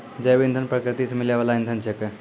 जैव इंधन प्रकृति सॅ मिलै वाल इंधन छेकै